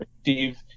Steve